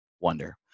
wonder